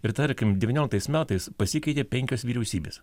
ir tarkim devynioliktais metais pasikeitė penkios vyriausybės